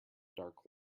dark